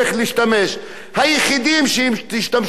היחידים שהשתמשו בפצצת אטום,